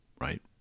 right